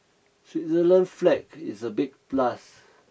Switzerland flag is a big plus